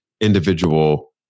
individual